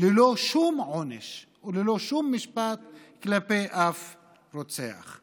ללא שום עונש וללא שום משפט כלפי אף רוצח.